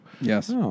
Yes